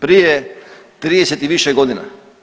Prije 30 i više godina.